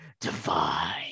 divine